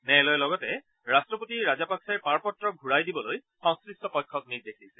ন্যায়ালয়ে লগতে ৰাট্টপতি ৰাজাপাকছেৰ পাৰপত্ৰ ঘূৰাই দিবলৈ সংশ্লিষ্ট পক্ষক নিৰ্দেশ দিছে